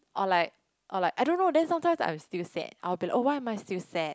or like or like I don't know then sometimes I'm still sad I'll be like oh why am I still sad